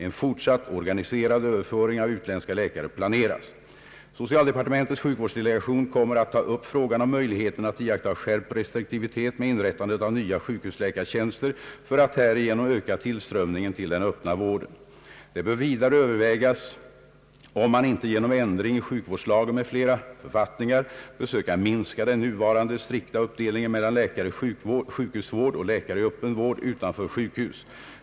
En fortsatt organiserad överföring av utländska läkare planeras. Socialdepartementets sjukvårdsdelegation kommer att ta upp frågan om möjligheterna att iaktta skärpt restriktivitet med inrättande av nya sjukhusläkartjänster för att härigenom öka tillströmningen till den öppna vården. Det bör vidare övervägas om man inte genom ändring i sjukvårdslagen m.fl. författningar bör söka minska den nuvarande strikta uppdelningen mellan läkare i sjukhusvård och läkare i öppen vård utanför sjukhus.